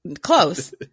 Close